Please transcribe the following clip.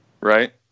right